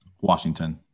Washington